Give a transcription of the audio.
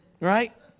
right